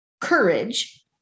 courage